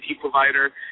provider